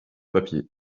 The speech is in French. papier